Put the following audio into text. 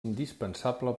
indispensable